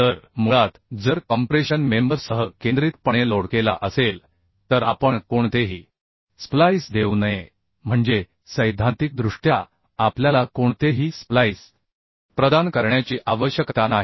तर मुळात जर कॉम्प्रेशन मेंबर सह केंद्रितपणे लोड केला असेल तर आपण कोणतेही स्प्लाइस देऊ नये म्हणजे सैद्धांतिकदृष्ट्या आपल्याला कोणतेही स्प्लाईस प्रदान करण्याची आवश्यकता नाही